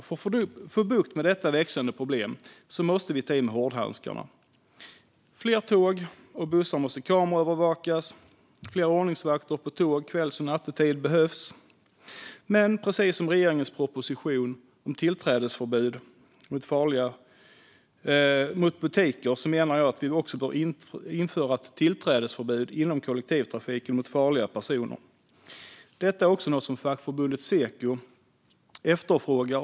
För att få bukt med detta växande problem måste vi ta i med hårdhandskarna. Fler tåg och bussar måste kameraövervakas, fler ordningsvakter på tåg kvälls och nattetid behövs, men precis som i regeringens proposition om tillträdesförbud till butiker menar jag att vi också bör införa ett tillträdesförbud för farliga personer inom kollektivtrafiken. Detta är också något som fackförbundet Seko efterfrågar.